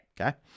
Okay